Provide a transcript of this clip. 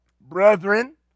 Brethren